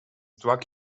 drug